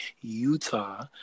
Utah